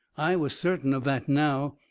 i was certain of that, now.